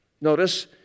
Notice